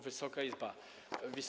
Wysoka Izbo!